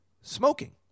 smoking